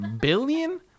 Billion